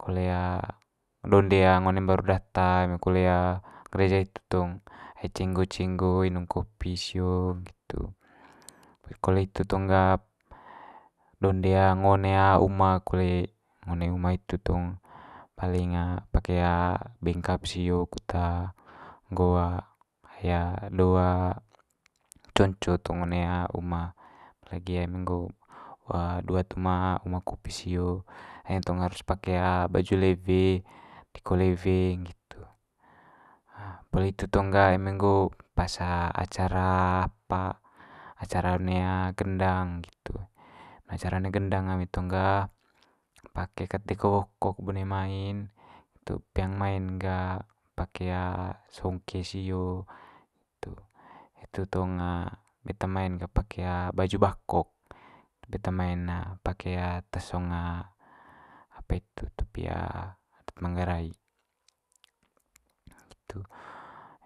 Kole ngo one mbaru data eme kole gereja hitu tong ai cenggo cenggo inung kopi sio nggitu. Poli kole hitu tong ga donde ngo one uma kole, ngo one uma hitu tong paling pake bengkap sio kut nggo hia do conco tong one uma. Apa lagi eme nggo duat uma uma kopi sio hitu tong harus pake baju lewe deko lewe nggitu. poli itu tong ga eme nggo pas acara apa acara one gendang nggitu. Acara one gendang ami tong ga pake kat deko wokok bone mai'n hitu, peang mai'n ga pake songke sio, hitu. Hitu tong beta mai'n tong pake baju bakok, beta mai'n pake tosong apa itu topi topi manggarai nggitu.